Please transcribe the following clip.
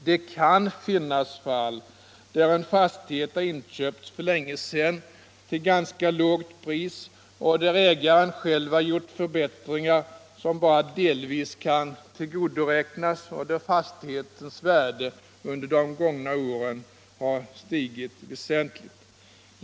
Det kan finnas fall där en fastighet inköpts för länge sedan till ganska lågt pris och där ägaren själv har gjort förbättringar som bara delvis kan tillgodoräknas och där fastighetens värde under de gångna åren har stigit väsentligt.